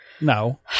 No